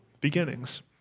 beginnings